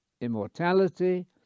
immortality